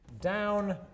down